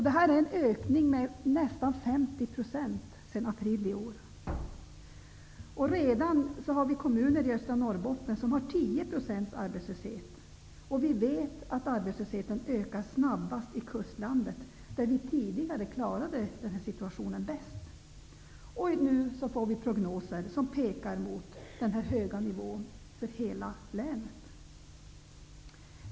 Det innebär en ökning med nästan 50 % sedan i april i år. Redan i dag har vi kommuner i östra Norrbotten som har 10 % arbetslöshet, och vi vet att arbetslösheten ökar snabbast i kustlandet, där vi tidigare klarade sådana här situationer bäst. Vi får nu prognoser som pekar mot den här höga nivån för hela länet.